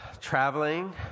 traveling